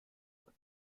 soll